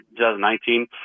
2019